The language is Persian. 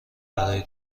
برای